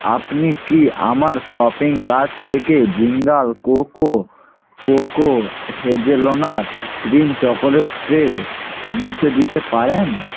আপনি কি আমার শপিং কার্ট থেকে Jindal cocoa cocoa hazelnut cream chocolate spread মুছে দিতে পারেন